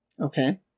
Okay